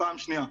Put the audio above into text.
פעם שנייה.